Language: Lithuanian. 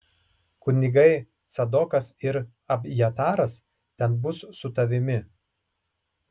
kunigai cadokas ir abjataras ten bus su tavimi